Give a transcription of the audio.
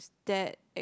that